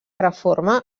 reforma